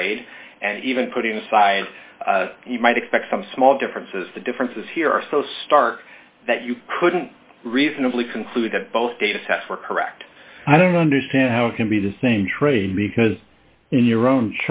trade and even putting aside you might expect some small differences the differences here are so stark that you couldn't reasonably conclude that both data sets were correct i don't understand how it can be the same trade because in your own